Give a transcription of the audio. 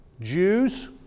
Jews